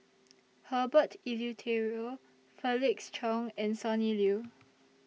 Herbert Eleuterio Felix Cheong and Sonny Liew